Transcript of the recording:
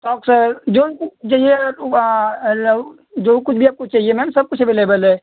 boxer जो भी चाहिए वो जो कुछ भी आपको चाहिए मेम सब कुछ एवेलेबल है